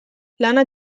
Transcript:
lana